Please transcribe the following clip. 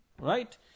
right